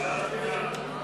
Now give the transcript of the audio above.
העבודה להביע